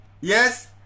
yes